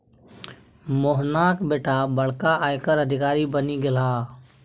मोहनाक बेटा बड़का आयकर अधिकारी बनि गेलाह